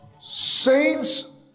Saints